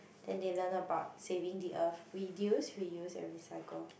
then they learn about saving the earth reduce reuse and recycle